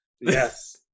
Yes